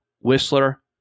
Whistler